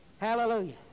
Hallelujah